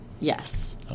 yes